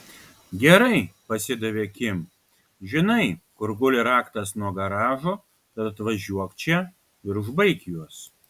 gerai pasidavė kim žinai kur guli raktas nuo garažo tad atvažiuok čia ir užbaik juos